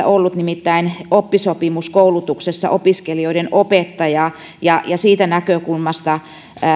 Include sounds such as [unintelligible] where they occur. [unintelligible] ollut nimittäin oppisopimuskoulutuksessa opiskelijoiden opettaja ja siitä näkökulmasta